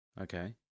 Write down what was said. okay